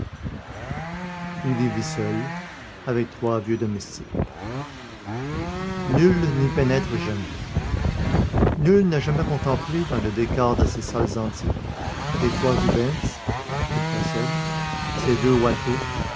seul avec trois vieux domestiques nul n'y pénètre jamais nul n'a jamais contemplé dans le décor de ces salles antiques les trois rubens qu'il possède ses deux watteau